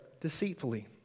deceitfully